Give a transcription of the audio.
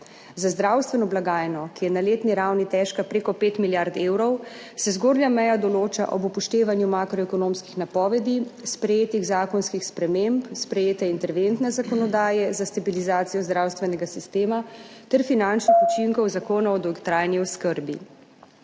Za zdravstveno blagajno, ki je na letni ravni težka preko 5 milijard evrov, se zgornja meja določa ob upoštevanju makroekonomskih napovedi sprejetih zakonskih sprememb, sprejete interventne zakonodaje za stabilizacijo zdravstvenega sistema ter finančnih učinkov Zakona o dolgotrajni oskrbi.